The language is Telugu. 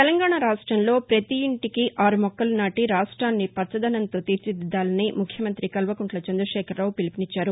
తెలంగాణ రాష్టంలో ప్రతి ఇంటికీ ఆరు మొక్కలు నాటి రాష్టాన్ని పచ్చదనంతో తీర్చిదిద్దాలని ముఖ్యమంతి కల్వకుంట్ల చందశేఖరావు పిలుపునిచ్చారు